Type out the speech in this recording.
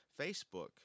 Facebook